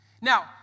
Now